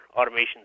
automation